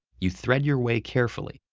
you thread your way carefully,